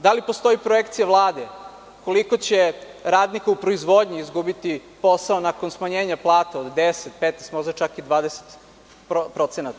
Da li postoji projekcija Vlade koliko će radnika u proizvodnji izgubiti posao nakon smanjenja plata za 10, 15, možda čak 20%